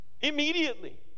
Immediately